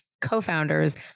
co-founders